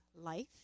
life